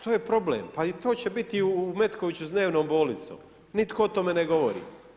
To je problem, pa i to će biti u Metkoviću s dnevnom bolnicom, nitko o tome ne govori.